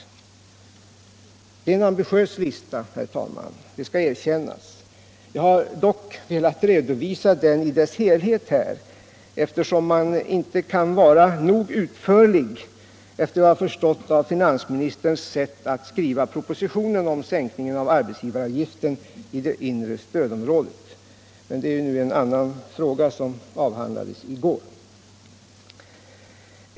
Det är en ambitiös lista, herr talman, det skall erkännas. Jag har dock velat redovisa den i dess helhet, eftersom man inte kan vara nog utförlig, efter vad jag har förstått av finansministerns sätt att skriva propositionen om sänkning av arbetsgivaravgiften i det inre stödområdet. Men det är ju en annan fråga, som avhandlades i går.